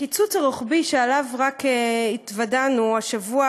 הקיצוץ הרוחבי שאליו התוודענו רק השבוע